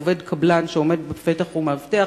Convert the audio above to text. עובד קבלן שעומד בפתח ומאבטח.